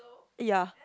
ya